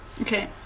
okay